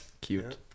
Cute